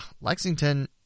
Lexington